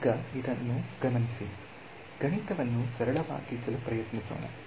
ಈಗ ಇದನ್ನು ಗಮನಿಸಿ ಗಣಿತವನ್ನು ಸರಳವಾಗಿಸಲು ಪ್ರಯತ್ನಿಸೋಣ